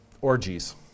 Orgies